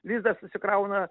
lizdą susikrauna